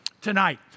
tonight